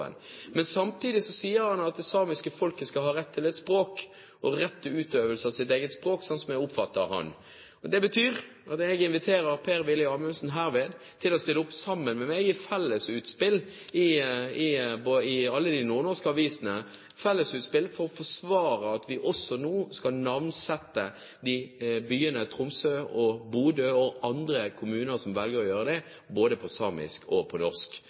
han at det samiske folket skal ha rett til et språk og rett til utøvelse av sitt eget språk, slik jeg oppfatter ham. Det betyr at jeg herved inviterer Per-Willy Amundsen til å stille opp sammen med meg i fellesutspill i alle de nordnorske avisene for å forsvare at vi nå også skal navnsette byene Tromsø, Bodø og kommuner som velger å gjøre det, både på samisk og på norsk.